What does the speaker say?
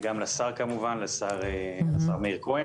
ואני רוצה להודות גם לשר מאיר כהן